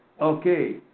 Okay